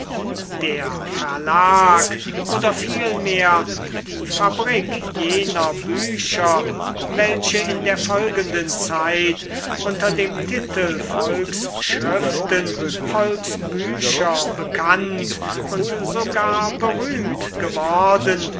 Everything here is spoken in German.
der verlag oder vielmehr die fabrik jener bücher welche in der folgenden zeit unter dem titel volksschriften volksbücher bekannt und sogar berühmt geworden